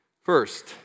first